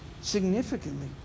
significantly